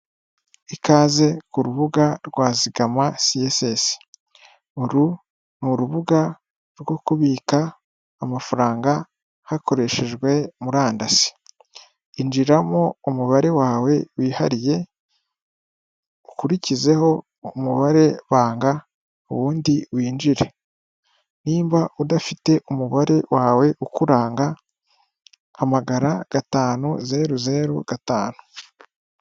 Ikaze ku rubuga rwa Zigama CSS, uru ni urubuga rwo kubika amafaranga hakoreshejwe murandasi, injizamo umubare wawe wihariye, ukurikizeho umubare banga, ubundi winjire. Niba udafite umubare wawe ukuranga, hamagara gatanu zeru zeru gatanu.